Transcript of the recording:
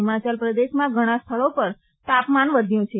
હિમાચલ પ્રદેશમાં ઘણા સ્થળો પર તાપમાન વધ્યું છે